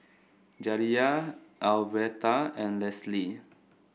Jaliyah Alverta and Lesly